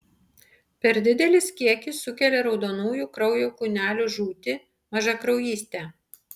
per didelis kiekis sukelia raudonųjų kraujo kūnelių žūtį mažakraujystę